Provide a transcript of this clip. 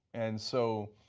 and so,